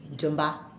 zumba